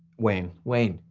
wayne. wayne,